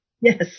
yes